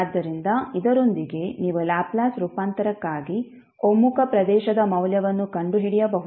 ಆದ್ದರಿಂದ ಇದರೊಂದಿಗೆ ನೀವು ಲ್ಯಾಪ್ಲೇಸ್ ರೂಪಾಂತರಕ್ಕಾಗಿ ಒಮ್ಮುಖ ಪ್ರದೇಶದ ಮೌಲ್ಯವನ್ನು ಕಂಡುಹಿಡಿಯಬಹುದು